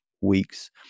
weeks